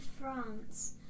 France